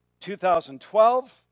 2012